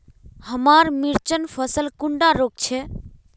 हमार मिर्चन फसल कुंडा रोग छै?